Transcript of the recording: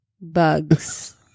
Bugs